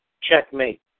Checkmate